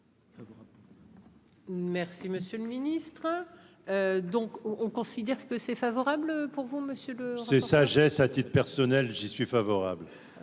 Merci monsieur le ministre, donc on on considère que c'est favorable pour vous monsieur le. Ses sagesse à titre personnel, j'y suis favorable.